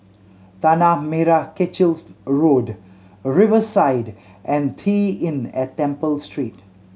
Tanah Merah Kechil Road Riverside and T Inn at Temple Street